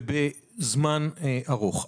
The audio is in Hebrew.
ובזמן ארוך,